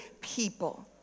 people